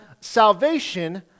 salvation